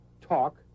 talk